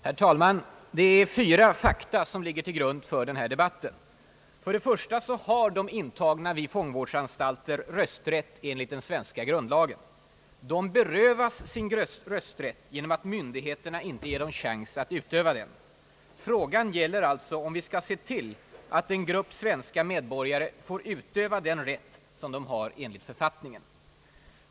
Herr talman! Det är fyra fakta som ligger till grund för denna debatt. För det första har de intagna vid fångvårdsanstalter rösträtt enligt den svenska grundlagen. De berövas sin rösträtt genom att myndigheterna inte ger dem chans att utöva den. Frågan gäller alltså om vi skall se till att en grupp svenska medborgare får utöva den rätt som de har enligt författningen.